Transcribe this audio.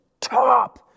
top